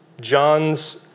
John's